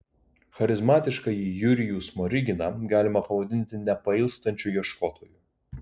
charizmatiškąjį jurijų smoriginą galima pavadinti nepailstančiu ieškotoju